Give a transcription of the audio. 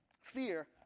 Fear